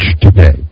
today